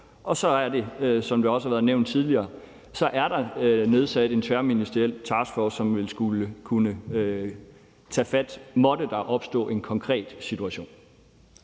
Så er der, som det også har været nævnt tidligere, også nedsat en tværministeriel taskforce, som ville skulle kunne tage fat, måtte der opstå en konkret situation.